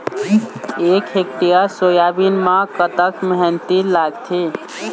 एक hectare soybean म कतक मेहनती लागथे?